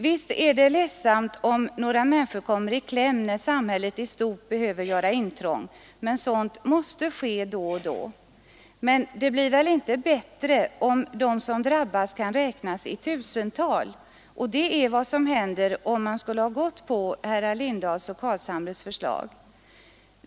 Visst är det ledsamt om några människor kommer i kläm när samhället i stort behöver göra intrång, men sådant måste ske då och då. Men inte blir det väl bättre, om de som drabbas kan räknas i tusental, och det är vad som händer om man skulle ha följt herrar Lindahls och Carlshamres förslag.